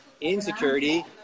insecurity